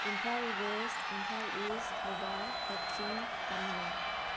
Imphal west Imphal east Thoubal Kakching Tamenglong